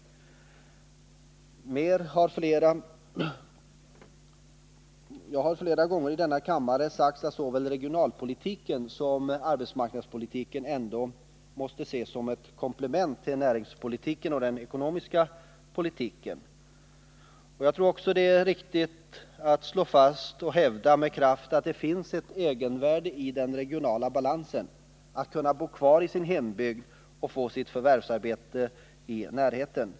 Jag har flera gånger i denna kammare sagt att såväl regionalpolitiken som arbetsmarknadspolitiken ändå måste ses som ett komplement till näringspolitiken och den ekonomiska politiken. Jag tror också att det är riktigt att slå fast och hävda med kraft att det finns ett egenvärde i regional balans, att kunna bo kvar i sin hembygd och att få sitt förvärvsarbete i närheten.